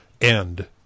end